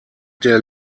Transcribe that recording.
der